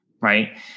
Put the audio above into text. Right